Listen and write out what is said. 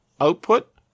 output